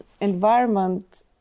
environment